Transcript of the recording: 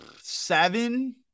seven